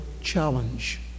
challenge